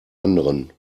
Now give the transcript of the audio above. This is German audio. anderen